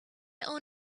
own